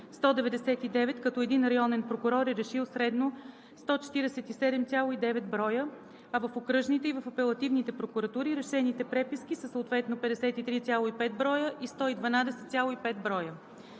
199, като един районен прокурор е решил средно 147,9 броя, а в окръжните и в апелативните прокуратури решените преписки са съответно 53,5 броя и 112,5 броя.